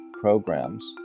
programs